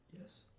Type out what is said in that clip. Yes